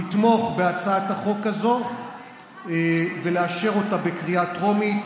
לתמוך בהצעת החוק הזאת ולאשר אותה בקריאה טרומית